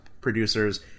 producers